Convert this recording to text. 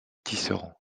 tisserand